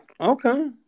Okay